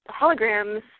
holograms